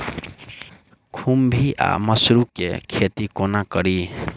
खुम्भी वा मसरू केँ खेती कोना कड़ी?